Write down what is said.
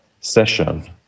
session